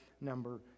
number